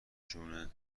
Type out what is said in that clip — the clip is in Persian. جون